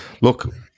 look